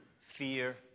fear